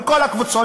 מכל הקבוצות,